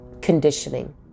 conditioning